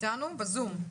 אתנו ב-זום.